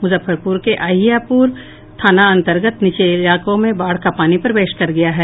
मुजफ्फरपुर के अहियापुर थाना अंतर्गत निचले इलाकों में बाढ़ का पानी प्रवेश कर गया है